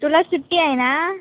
तुला सुट्टी आहे ना